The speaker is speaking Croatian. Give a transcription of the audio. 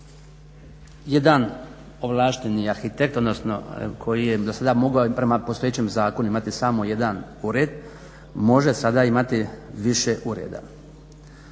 jedan ovlašteni arhitekt, odnosno koji je dosada mogao i prema postojećem zakonu imati samo jedan ured može sada imati više ureda.